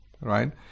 right